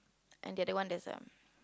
and the one there's um